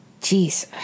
Jeez